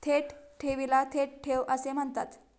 थेट ठेवीला थेट ठेव असे म्हणतात